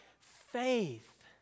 faith